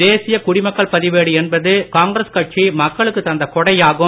தேசிய குடிமக்கள் பதிவேடு என்பது காங்கிரஸ் கட்சி மக்களுக்கு தந்த கொடையாகும்